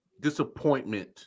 disappointment